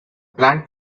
plant